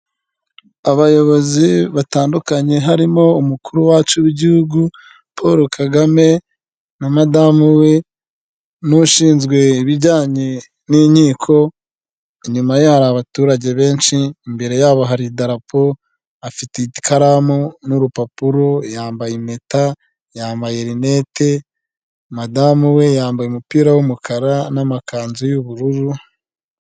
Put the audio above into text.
Abayobozi batandukanye harimo umukuru wacu w'igihugu Paul Kagame na madamu we n'ushinzwe ibijyanye n'inkiko, inyuma ye hari abaturage benshi, imbere yabo hari idarapo, afite, ikaramu n'urupapuro, yambaye impeta, yambaye rinette, madamu we yambaye umupira w'umukara n'amakanzu y'ubururu.